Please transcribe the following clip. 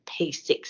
P6